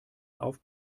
auf